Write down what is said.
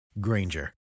Granger